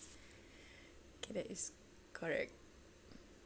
okay that is correct